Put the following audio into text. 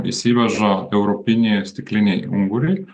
įsiveža europiniai stikliniai unguriai